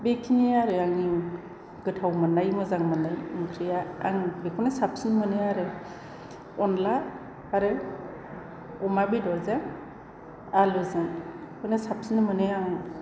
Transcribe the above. बेखिनि आरो आंनि गोथाव मोननाय मोजां मोननाय ओंख्रिया आं बेखौनो साबसिन मोनो आरो अनद्ला आरो अमा बेदरजों आलुजों बेखौनो साबसिन मोनो आं